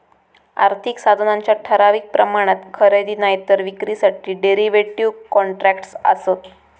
आर्थिक साधनांच्या ठराविक प्रमाणात खरेदी नायतर विक्रीसाठी डेरीव्हेटिव कॉन्ट्रॅक्टस् आसत